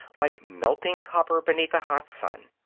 like melting copper beneath a hot sun.